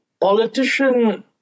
politician